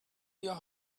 your